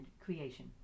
creation